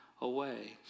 away